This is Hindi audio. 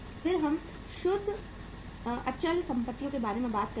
फिर हम शुद्ध अचल संपत्तियों के बारे में बात करते हैं